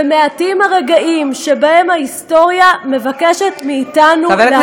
ומעטים הרגעים שבהם ההיסטוריה מבקשת מאתנו להכריע.